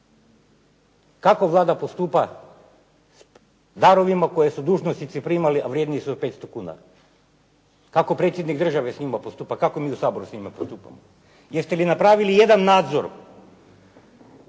Kako Vlada postupa s darovima koje su dužnosnici primali a vredniji su od 500 kuna? Kako predsjednik države s njima postupa? Kako mi u Sabor s njima postupamo? Jeste li napravili jedan nadzor